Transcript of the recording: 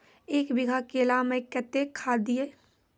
एक बीघा केला मैं कत्तेक खाद दिये?